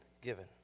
given